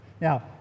Now